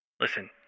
Listen